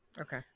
okay